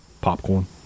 Popcorn